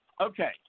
okay